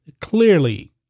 clearly